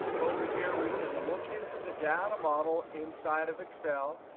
over here, we can look into the data model inside of excel.